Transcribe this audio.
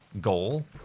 goal